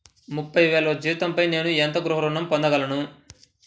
ముప్పై వేల జీతంపై నేను ఎంత గృహ ఋణం పొందగలను?